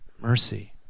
Mercy